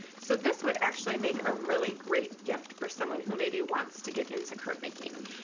so this would actually make a really great gift for someone who maybe wants to get into card making.